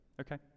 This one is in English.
okay